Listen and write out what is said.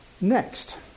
Next